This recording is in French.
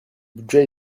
budget